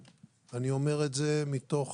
אני אומר את זה מתוך